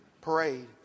parade